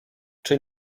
czy